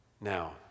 Now